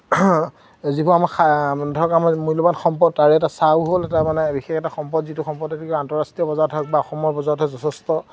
যিবোৰ আমাৰ সা ধৰক আমাৰ মূল্যৱান সম্পদ তাৰে এটা চাহো হ'ল এটা মানে বিশেষ এটা সম্পদ যিটো সম্পদ এতিয়া আন্তঃৰাষ্ট্ৰীয় বজাৰত হওক বা অসমৰ বজাৰত হয় যথেষ্ট